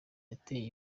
yataye